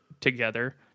together